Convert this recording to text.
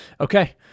Okay